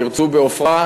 תרצו בעופרה,